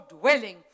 dwelling